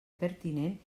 pertinent